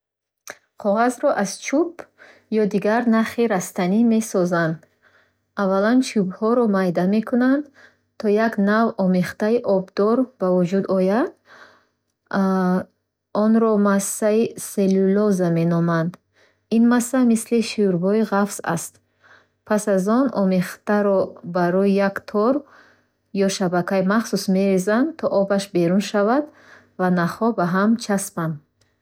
Қоғазро аз чӯб ё дигар нахи растанӣ месозанд. Аввалан, чӯбҳоро майда мекунанд, то ки як навъ омехтаи обдор ба вуҷуд ояд, ки онро массаи селлюлоза меноманд. Ин масса мисли шӯрбои ғафс аст. Пас аз он, ин омехтаро бар рӯи як тор ё шабакаи махсус мерезанд, то обаш берун шавад ва нахҳо ба ҳам часпанд.